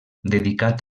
dedicat